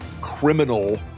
criminal